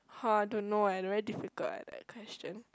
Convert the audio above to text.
oh I don't know leh very difficult leh that question